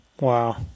Wow